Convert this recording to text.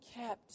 kept